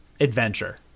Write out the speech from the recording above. adventure